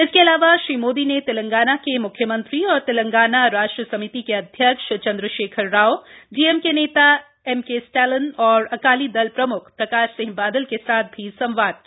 इसके अलावा श्री मोदी ने तेलंगाना के म्ख्यमंत्री और तेलंगाना राष्ट्र समिति अध्यक्ष के चंद्रशेखर राव डीएमके नेता एमके स्टालिन तथा अकाली दल प्रम्ख प्रकाश सिंह बादल के साथ भी संवाद किया